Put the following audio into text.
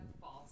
False